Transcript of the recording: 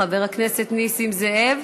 חבר הכנסת נסים זאב,